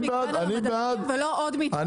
מגוון על המדפים ולא עוד --- בסדר,